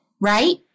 right